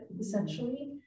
essentially